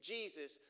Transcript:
Jesus